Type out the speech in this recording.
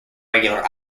regular